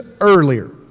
earlier